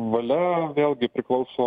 valia vėlgi priklauso